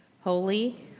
holy